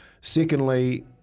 Secondly